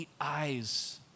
eyes